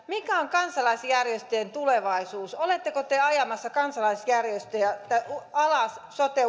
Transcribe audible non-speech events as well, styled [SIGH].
mikä on kansalaisjärjestöjen tulevaisuus oletteko te ajamassa kansalaisjärjestöjä alas sote [UNINTELLIGIBLE]